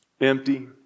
empty